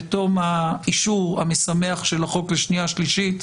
בתוך האישור המשמח של החוק בקריאה השנייה והשלישית,